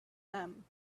them